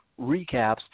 recaps